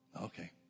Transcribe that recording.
Okay